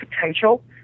potential